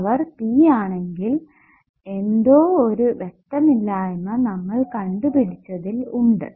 power P ആണെങ്കിൽ എന്തോ ഒരു വ്യക്തതയില്ലായ്മ നമ്മൾ കണ്ടുപിടിച്ചതിൽ ഉണ്ട്